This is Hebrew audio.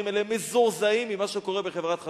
האלה מזועזעים ממה שקורה בחברת החשמל.